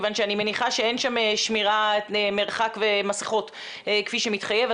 כיוון שאני מניחה שאין שם שמירת מרחק ומסיכות כפי שמתחייב,